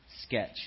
sketch